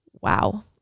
wow